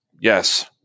Yes